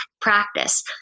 practice